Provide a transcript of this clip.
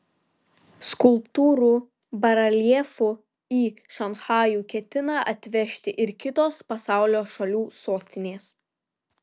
skulptūrų bareljefų į šanchajų ketina atvežti ir kitos pasaulio šalių sostinės